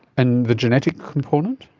and the genetic component?